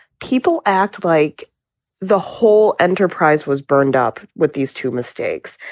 people act like the whole enterprise was burned up with these two mistakes.